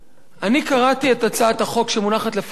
אני קראתי את הצעת החוק שמונחת לפנינו והגעתי